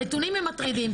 הנתונים הם מטרידים.